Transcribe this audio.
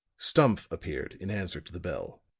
stumph appeared, in answer to the bell.